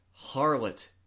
harlot